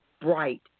bright